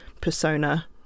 persona